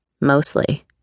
Mostly